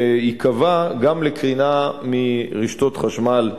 שייקבע גם לקרינה מרשתות חשמל בישראל,